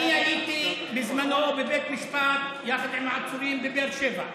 אני הייתי בזמנו בבית משפט יחד עם העצורים בבאר שבע,